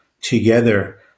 together